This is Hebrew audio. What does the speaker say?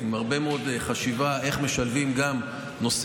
עם הרבה מאוד חשיבה על איך משלבים גם נושאים,